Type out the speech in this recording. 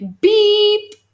beep